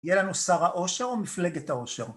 יהיה לנו שר האושר או מפלגת האושר